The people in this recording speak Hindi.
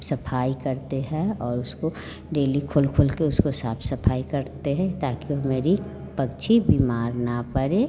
सफाई करते हैं और उसको डेली खोल खोलकर उसको साफ सफ़ाई करते हैं ताकि वह मेरा पक्षी बीमार ना पड़े